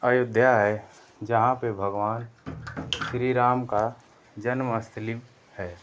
अयोध्या है जहाँ पर भगवान श्री राम का जन्मस्थली है